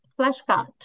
flashcard